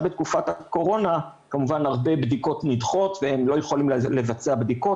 בתקופת הקורונה כמובן הרבה בדיקות נדחות והם לא יכולים לבצע בדיקות